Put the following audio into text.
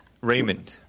Raymond